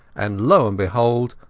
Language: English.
and lo and behold!